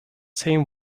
same